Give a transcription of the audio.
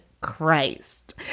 christ